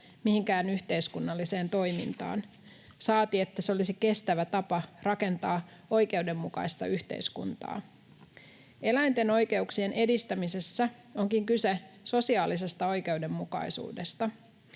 mihinkään yhteiskunnalliseen toimintaan, saati, että se olisi kestävä tapa rakentaa oikeudenmukaista yhteiskuntaa. Eläinten oikeuksien edistämisessä onkin kyse sosiaalisesta oikeudenmukaisuudesta.